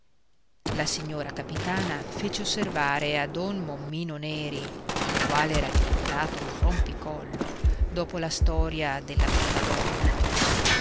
la signora capitana fece osservare a don mommino neri il quale era diventato un rompicollo dopo la storia della prima donna